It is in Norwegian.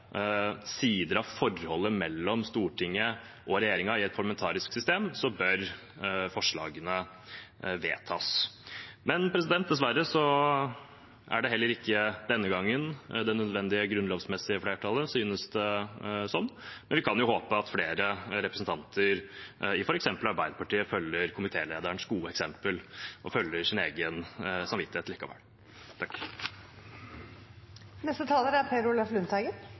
sider av forholdet mellom Stortinget og regjeringen i et parlamentarisk system at forslagene bør vedtas. Dessverre er det heller ikke denne gangen det nødvendige grunnlovsmessige flertallet, synes det som, men vi kan håpe at flere representanter, f.eks. i Arbeiderpartiet, følger komitélederens gode eksempel og følger sin egen samvittighet likevel. Når jeg er